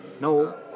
No